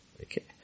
Okay